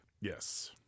Yes